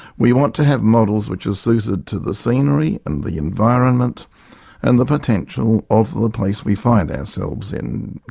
we want to have models which are suited to the scenery and the environment and the potential of the place we find ourselves in.